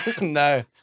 No